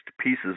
pieces